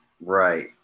right